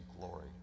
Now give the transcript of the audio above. glory